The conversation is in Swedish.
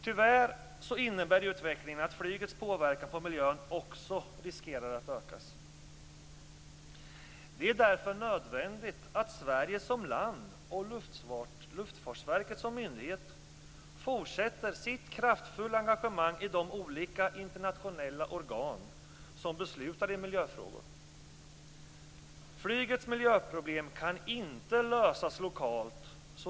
Tyvärr innebär utvecklingen att flygets påverkan på miljön också riskerar att öka. Det är därför nödvändigt att Sverige som land och Luftfartsverket som myndighet fortsätter sitt kraftfulla engagemang i de olika internationella organ som beslutar i miljöfrågor. Flygets miljöproblem kan inte lösas lokalt.